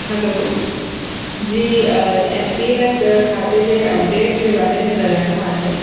hello जी N P S खाते जे अपडेट जे बारे में ॻाल्हाइणो आहे